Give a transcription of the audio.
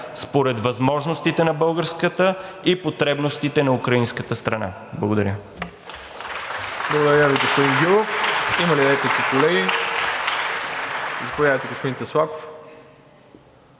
според възможностите на българската и потребностите на украинската страна. Благодаря.